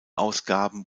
ausgaben